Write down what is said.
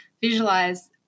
visualize